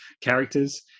characters